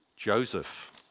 Joseph